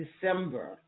December